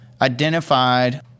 identified